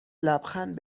لبخند